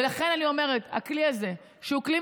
ולכן אני אומרת: הכלי הזה הוא כלי